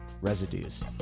residues